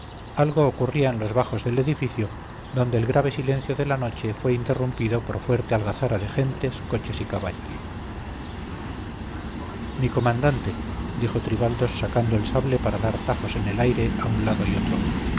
algo ocurría en los bajos del edificio donde el grave silencio de la noche fue interrumpido por fuerte algazara de gentes coches y caballos mi comandante dijo tribaldos sacando el sable para dar tajos en el aire a un lado y otro